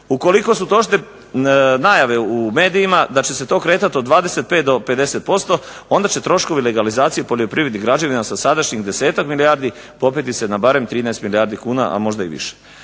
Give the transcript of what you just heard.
Ukoliko su točne najave u medijima da će se to kretati od 25 do 50% onda će troškovi legalizacije poljoprivrednih građevina sa sadašnjih desetak milijardi popeti se na barem 13 milijardi kuna, a možda i više.